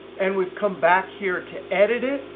and we've come back here to edit it,